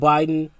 Biden